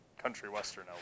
Country-Western